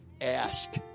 Ask